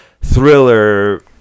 thriller